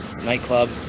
nightclub